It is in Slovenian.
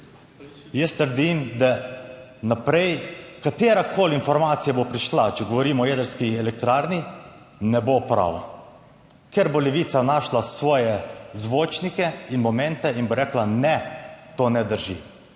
Jaz trdim, da naprej katerakoli informacija bo prišla, če govorimo o jedrski elektrarni, ne bo prav, ker bo Levica našla svoje zvočnike in momente in bo rekla, ne, to ne drži,